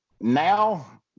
now